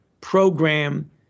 program